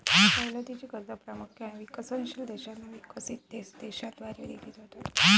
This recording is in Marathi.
सवलतीची कर्जे प्रामुख्याने विकसनशील देशांना विकसित देशांद्वारे दिली जातात